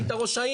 היית ראש העיר.